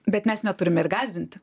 bet mes neturime ir gąsdinti